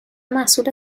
محصول